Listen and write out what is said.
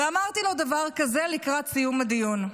אמרתי לו דבר כזה לקראת סיום הדיון: